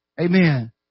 Amen